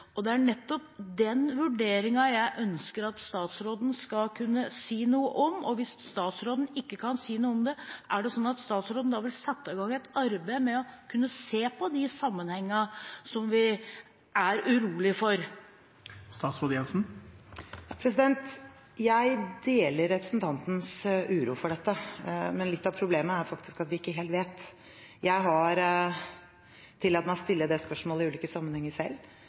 Det er nettopp den vurderingen jeg ønsker at statsråden skal kunne si noe om. Hvis statsråden ikke kan si noe om det, vil hun sette i gang et arbeid med å se på de sammenhengene som vi er urolige for? Jeg deler representantens uro for dette, men litt av problemet er faktisk at vi ikke helt vet. Jeg har tillatt meg å stille det spørsmålet i ulike sammenhenger selv,